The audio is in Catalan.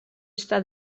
està